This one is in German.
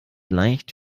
leicht